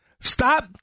Stop